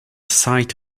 site